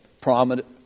prominent